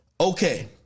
Okay